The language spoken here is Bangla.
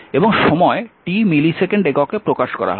এবং সময় t মিলিসেকেন্ড এককে প্রকাশ করা হয়